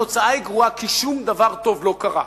התוצאה היא גרועה, כי שום דבר טוב לא קרה.